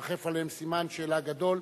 כל המעצרים המינהליים מרחף מעליהם סימן שאלה גדול,